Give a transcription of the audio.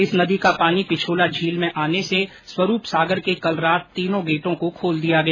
इस नदी का पानी पिछोला झील में आने से स्वरूप सागर के कल रात तीनों गेटों को खोल दिया गया